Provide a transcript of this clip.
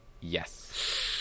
yes